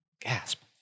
Gasp